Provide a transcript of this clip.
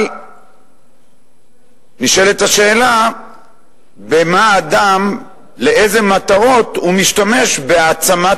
אבל נשאלת השאלה לאילו מטרות הוא משתמש בהעצמת